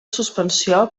suspensió